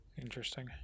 Interesting